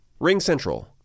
RingCentral